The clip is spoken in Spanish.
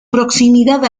proximidad